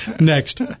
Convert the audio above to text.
next